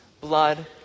blood